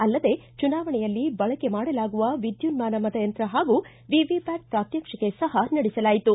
ಅಲ್ಲದೆ ಚುನಾವಣೆಯಲ್ಲಿ ಬಳಕೆ ಮಾಡಲಾಗುವ ವಿದ್ಯುನ್ಮಾನ ಮತಯಂತ್ರ ಹಾಗೂ ವಿವಿ ಪ್ಯಾಟ್ ಪ್ರಾತ್ವಕ್ಷಿಕೆ ಸಪ ನಡೆಸಲಾಯಿತು